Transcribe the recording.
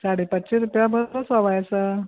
साडे पांचशे रुपया बरें सवाय आसा